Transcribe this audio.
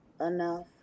enough